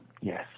yes